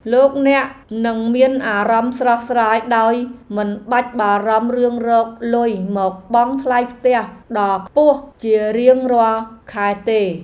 លោកអ្នកនឹងមានអារម្មណ៍ស្រស់ស្រាយដោយមិនបាច់បារម្ភរឿងរកលុយមកបង់ថ្លៃផ្ទះដ៏ខ្ពស់ជារៀងរាល់ខែទេ។